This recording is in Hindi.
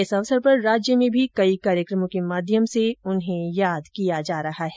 इस अवसर पर राज्य में भी कई कार्यक्रमों के माध्यम से उन्हें याद किया जा रहा है